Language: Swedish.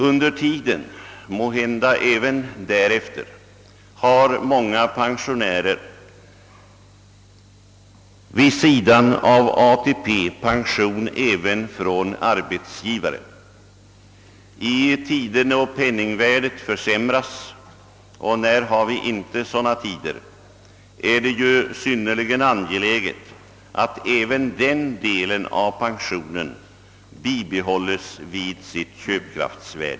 Under tiden — och även därefter — har många pensionärer vid sidan av ATP pension även från arbetsgivaren, I tider då penningvärdet försämras — när har vi inte sådana tider? — är det synnerligen angeläget att även denna del av pensionen bibehåller sin köpkraft.